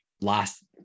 last